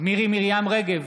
מירי מרים רגב,